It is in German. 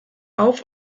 auf